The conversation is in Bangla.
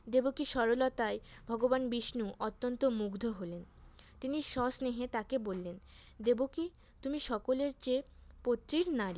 দেবকীর সরলতায় ভগবান বিষ্ণু অত্যন্ত মুগ্ধ হলেন তিনি সস্নেহে তাকে বললেন দেবকী তুমি সকলের চেয়ে পবিত্র নারী